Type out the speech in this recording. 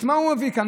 את מה הוא מביא כאן?